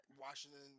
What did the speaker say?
Washington